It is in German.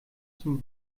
zum